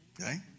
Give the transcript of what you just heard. Okay